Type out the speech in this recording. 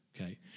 okay